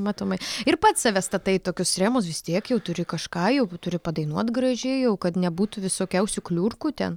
matomai ir pats save statai į tokius rėmus vis tiek jau turi kažką jau turi padainuot gražiai jau kad nebūtų visokiausių kliurkų ten